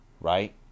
right